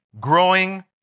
growing